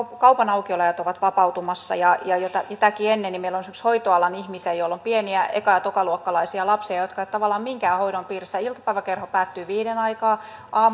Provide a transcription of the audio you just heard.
kaupan aukioloajat ovat vapautumassa ja ja sitäkin ennen meillä on ollut esimerkiksi hoitoalan ihmisiä joilla on pieniä eka ja tokaluokkalaisia lapsia jotka eivät ole tavallaan minkään hoidon piirissä iltapäiväkerho päättyy viiden aikaan